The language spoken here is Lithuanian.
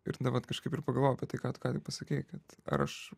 ir na vat kažkaip ir pagalvojau apie tai ką tu ką tik pasakiai ar aš